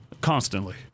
Constantly